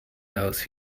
house